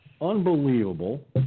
Unbelievable